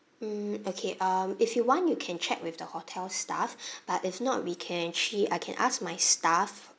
mm okay um if you want you can check with the hotel staff but if not we can actually I can ask my staff